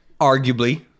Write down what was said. arguably